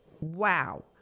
Wow